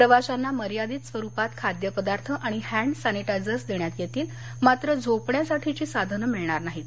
प्रवाशांना मर्यादित स्वरुपात खाद्यपदार्थ आणि हँड सॅनिटायजर्स देण्यात येतील मात्र झोपण्यासाठीची साधनं मिळणार नाहीत